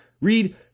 Read